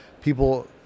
people